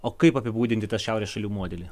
o kaip apibūdinti tą šiaurės šalių modelį